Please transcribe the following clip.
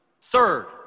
Third